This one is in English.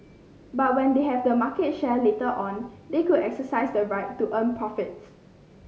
but when they have the market share later on they could exercise the right to earn profits